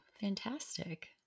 fantastic